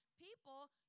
people